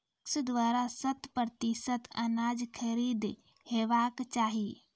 PACS द्वारा शत प्रतिसत अनाज खरीद हेवाक चाही?